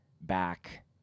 back